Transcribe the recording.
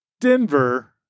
Denver